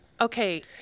Okay